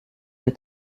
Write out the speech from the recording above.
des